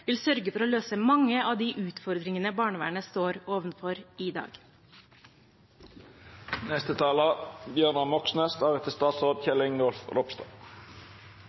vil sørge for å løse mange av de utfordringene barnevernet står overfor i dag.